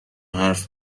حرف